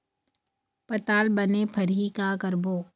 पताल बने फरही का करबो?